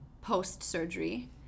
post-surgery